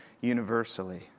universally